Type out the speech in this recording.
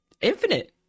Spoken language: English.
infinite